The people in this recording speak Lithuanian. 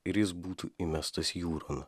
ir jis būtų įmestas jūron